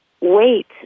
wait